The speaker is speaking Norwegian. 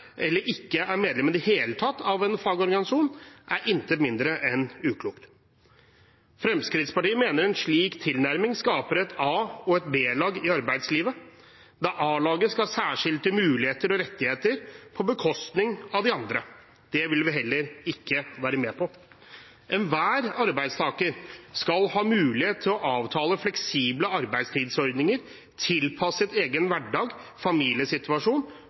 eller ikke er medlem i det hele tatt, er intet mindre enn uklokt. Fremskrittspartiet mener en slik tilnærming skaper et A- og et B-lag i arbeidslivet, der A-laget skal ha særskilte muligheter og rettigheter på bekostning av de andre. Det vil vi heller ikke være med på. Enhver arbeidstaker skal ha mulighet til å avtale fleksible arbeidstidsordninger tilpasset egen hverdag, familiesituasjon